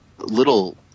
Little